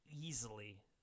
easily